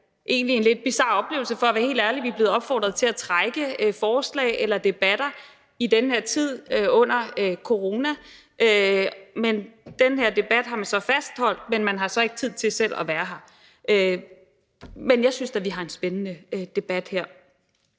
egentlig en lidt bizar oplevelse, for at være helt ærlig. Vi er blevet opfordret til at trække forslag og debatter tilbage i den her tid under corona, men den her debat har man fastholdt – men man har så ikke tid til selv at være her. Men jeg synes da, at vi har en spændende debat her.